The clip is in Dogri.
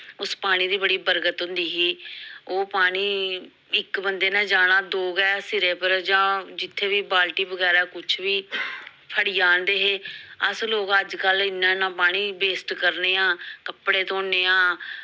उस पानी दी बड़ी बरकत होंदी ही ओह् पानी इक बंदे न जाना दो गै सिरे पर जां जित्थै बी बाल्टी बगैरा कुछ बी फड़ियै आंह्नदे हे अस लोक अजकल्ल इन्ना इन्ना पानी बेस्ट करने आं कपड़े धोने आं